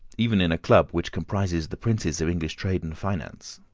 even in a club which comprises the princes of english trade and finance.